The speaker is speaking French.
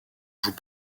joue